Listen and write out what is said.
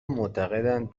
معتقدند